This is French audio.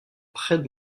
près